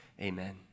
Amen